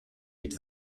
est